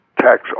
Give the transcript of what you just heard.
tax